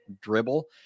dribble